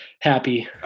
happy